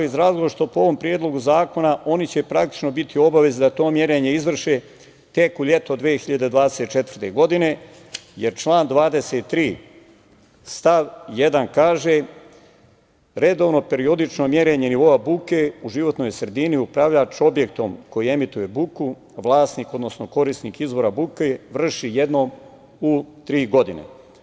Iz razloga što po ovom predlogu zakona oni će praktično biti u obavezi tek u leto 2024. godine, i član 23. stav 1. kaže – redovno, periodično merenje buke u životnoj sredini, upravljač objektom koji emituje buku, vlasnik, odnosno korisnik izvora buke vrši jednom u 3 godine.